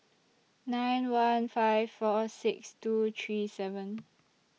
nine one five four six two three seven